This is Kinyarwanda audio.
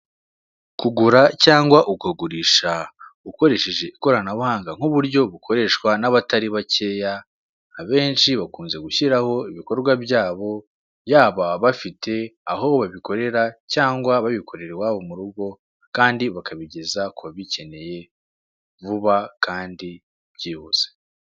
Kugura cyangwa ukagurisha ukoresheje ikoranabuhanga nk'uburyo bukoreshwa n'abatari bakeya, abenshi bakunze gushyiraho ibikorwa byabo, yaba bafite aho babikorera cyangwa babikorera iwabo mu rugo kandi bakabigeza ku babikeneye vuba kandi byihuse.